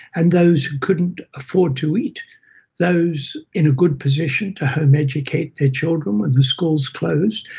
and those who couldn't afford to eat those in a good position to home-educate their children when the schools closed,